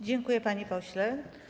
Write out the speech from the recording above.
Dziękuję, panie pośle.